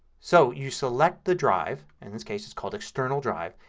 so you select the drive, in this case it's called external drive,